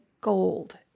gold